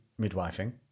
midwifing